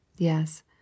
yes